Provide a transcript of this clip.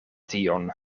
tion